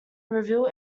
reveal